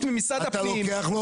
לא קיבלתי זמן,